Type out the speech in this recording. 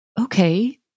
Okay